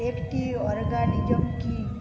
একটি অর্গানিজাম কি